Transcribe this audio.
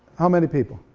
how many people?